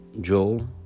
Joel